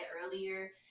earlier